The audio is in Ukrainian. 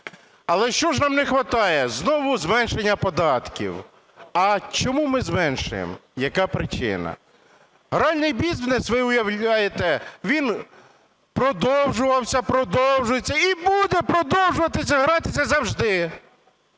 Але що ж нам не хватает? Знову зменшення податків. А чому ми зменшуємо, яка причина? Гральний бізнес, ви уявляйте, він продовжувався, продовжується і буде продовжуватися гратися завжди.